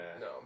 No